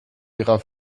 ihrer